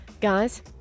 Guys